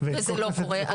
--- וזה לא קורה.